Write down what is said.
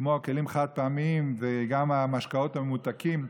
כמו הכלים החד-פעמיים וגם המשקאות הממותקים,